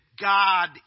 God